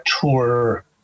tour